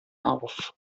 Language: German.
auf